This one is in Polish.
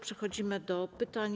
Przechodzimy do pytań.